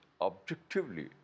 objectively